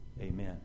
Amen